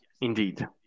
indeed